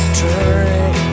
turning